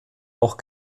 auch